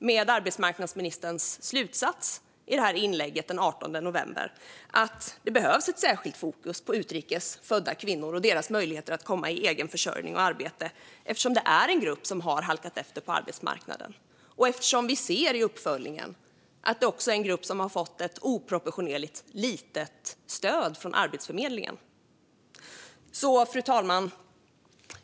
i arbetsmarknadsministerns slutsats i inlägget från den 18 november, att det behövs ett särskilt fokus på utrikes födda kvinnor och deras möjligheter att komma i egen försörjning och arbete, eftersom det är en grupp som har halkat efter på arbetsmarknaden och eftersom vi ser i uppföljningen att gruppen har fått oproportionerligt lite stöd från Arbetsförmedlingen. Fru talman!